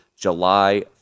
July